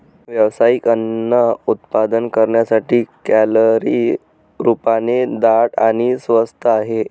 व्यावसायिक अन्न उत्पादन करण्यासाठी, कॅलरी रूपाने दाट आणि स्वस्त आहे